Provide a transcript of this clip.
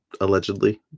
allegedly